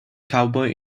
cowboy